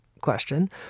question